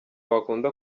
wakunda